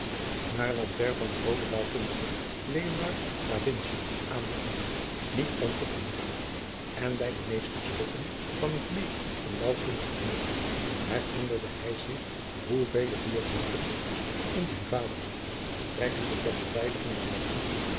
een ontwerp van den grooten bouwkundige leonard da vinci aangelegd niet onopgemerkt en bij die meesterstukken van het meet en bouwkundig vernuft herinnerde hij zich zoovele diergelijken in zijn vaderland strekkende ter beveiliging der landen